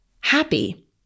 happy